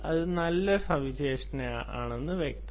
ഇത് ഒരു നല്ല സവിശേഷതയാണെന്ന് വ്യക്തം